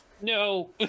No